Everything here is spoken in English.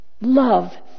love